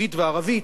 יהודית וערבית,